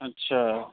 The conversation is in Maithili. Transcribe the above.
अच्छा